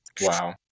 wow